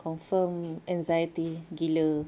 confirm anxiety gila